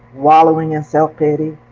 wallowing in self-pity.